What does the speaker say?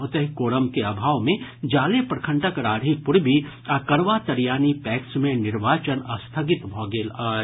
ओतहि कोरम के अभाव मे जाले प्रखंडक राढ़ी पूर्वी आ करवा तरियानी पैक्स मे निर्वाचन स्थगित भऽ गेल अछि